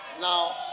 Now